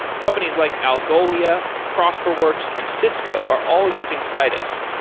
companies like algolia, prosperworks and cisco are all using citus,